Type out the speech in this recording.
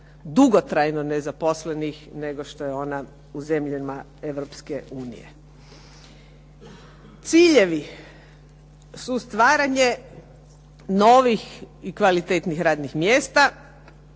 dugotrajno nezaposlenih, nego što je ona u zemljama Europske unije. Ciljevi su stvaranje novih i kvalitetnih radnih mjesta,